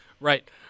Right